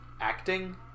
acting